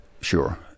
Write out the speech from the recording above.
sure